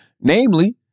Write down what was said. namely